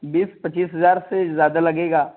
بیس پچیس ہزار سے زیادہ لگے گا